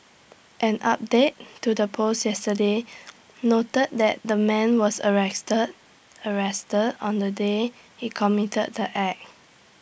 an update to the post yesterday noted that the man was arrested arrested on the day he committed the act